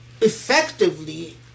effectively